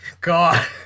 God